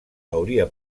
hauria